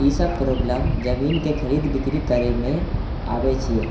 ई सब प्रॉब्लम जमीनके खरीद बिक्री करेमे आबै छियै